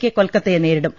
K കൊൽക്കത്തിയെ നേരിടും